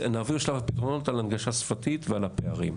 נעבור לשלב הפתרונות על הנגשה שפתית ועל הפערים.